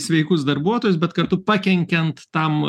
sveikus darbuotojus bet kartu pakenkiant tam